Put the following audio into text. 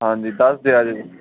ਹਾਂਜੀ ਦੱਸ ਦਿਓ ਜੀ